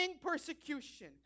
persecution